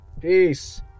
peace